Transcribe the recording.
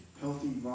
healthy